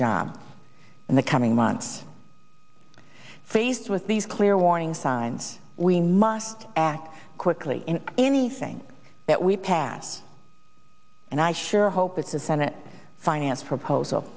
job in the coming months faced with these clear warning signs we must act quickly in anything that we pass and i sure hope it's a senate finance proposal